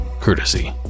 courtesy